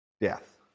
Death